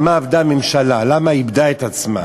על מה אבדה הממשלה, למה היא איבדה את עצמה.